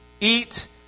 Eat